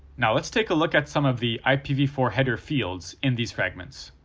now, let's take a look at some of the i p v four header fields in these fragments.